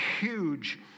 huge